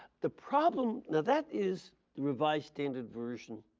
the problem, now that is the revised standard version.